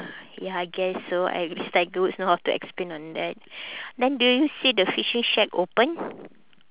ya I guess so at least tiger woods know how to explain on that then do you see the fishing shack open